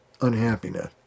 unhappiness